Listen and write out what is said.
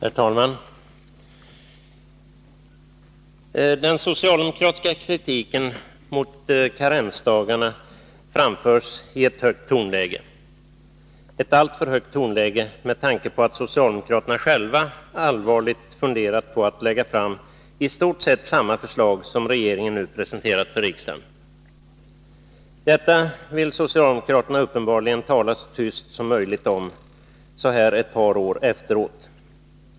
Herr talman! Den socialdemokratiska kritiken mot karensdagarna framförs i ett högt tonläge — ett alltför högt tonläge med tanke på att socialdemokraterna själva allvarligt funderat på att lägga fram i stort sett samma förslag som regeringen nu presenterat för riksdagen. Detta vill socialdemokraterna uppenbarligen tala så tyst som möjligt om, så här ett par år efteråt.